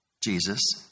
Jesus